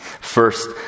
First